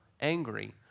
angry